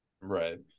Right